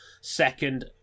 second